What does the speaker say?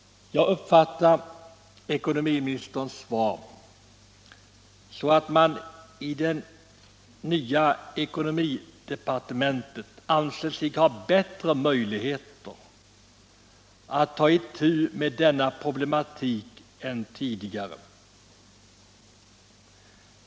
Jag uppfattar ekonomiministerns svar så, att man i det nya ekonomidepartementet anser sig ha bättre möjligheter att ta itu med denna problematik än tidigare.